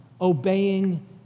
obeying